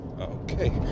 okay